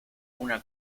una